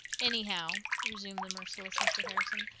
anyhow, resumed the merciless mr. harrison,